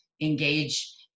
engage